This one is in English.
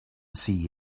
see